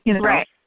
Right